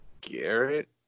Garrett